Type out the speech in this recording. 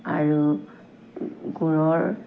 আৰু গুৰৰ